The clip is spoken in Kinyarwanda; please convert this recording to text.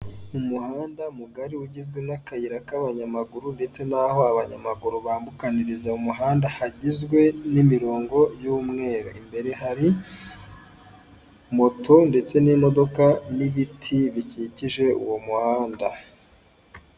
Umuhanda mugari ugizwe n'akayira k'abanyamaguru ndetse n'aho abanyamaguru bambukaniriza mu umuhanda hagizwe n'imirongo y'umweru imbere hari moto ndetse n'imodoka n'ibiti bikikije uwo muhanda.